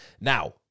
Now